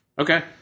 Okay